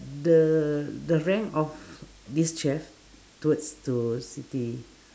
the the rank of this chef towards to siti